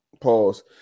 pause